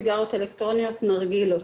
סיגריות אלקטרוניות או נרגילות.